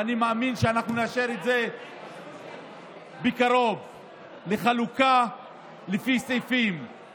ואני מאמין שאנחנו נאשר את זה בקרוב בחלוקה לפי סעיפים,